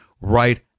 right